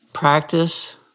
Practice